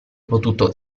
potuto